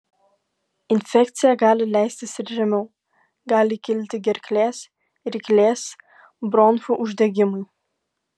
infekcija gali leistis ir žemiau gali kilti gerklės ryklės bronchų uždegimai